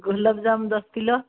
ଗୋଲାପ ଜାମ ଦଶ କିଲୋ